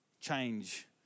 change